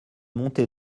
montée